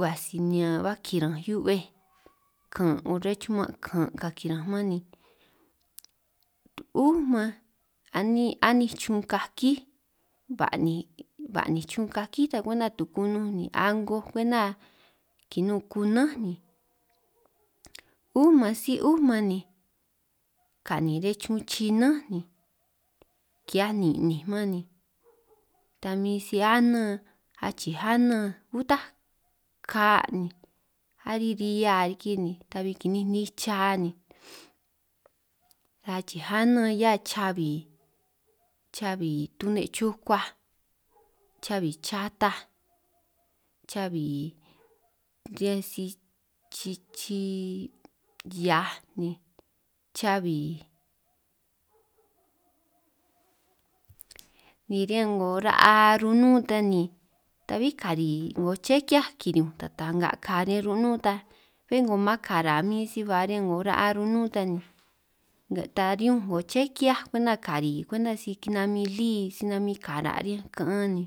ba snean baj kiranj hiu'bej kan' 'ngo chrej chuman kan', ka'anj kiranj man ni 'ú man aninj aninj chun kakíj, ba'ninj ba'ninj chun kakíj ta kwenta tukununj ni a'ngo kwenta, kinun kunánj ni 'ú man sij 'ú man ni ka'nin riñan chun chinán ni ki'hiaj nininj man ni, ta min si 'hia anan achiij anan utaj ka ni ari rihia riki ni ta'bi ki'ninj nicha ni, achiij anan 'hia chabi chabi tune' chukuaj, chabi chataj, chabi ri'hia sij chij chi hiaj ni chabi ni riñan 'ngo ra'a runún ta ni tabí kari 'ngo chekeaj kiriñunj ta ta'nga ka riñan ru'nún ta, bé 'ngo man kara min si ba riñan 'ngo ra'a ru'nun ta ni tariñunj 'ngo chekeaj kwenta kari kwemta si kinamin lí si namin kara' riñan ka'an ni.